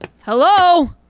Hello